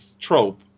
trope